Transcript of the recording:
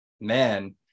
Man